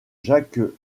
jacques